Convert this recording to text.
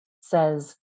says